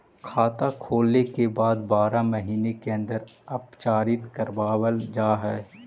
खाता खोले के बाद बारह महिने के अंदर उपचारित करवावल जा है?